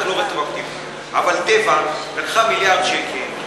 אבל "טבע" לקחה מיליארד שקל,